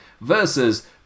versus